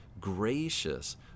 gracious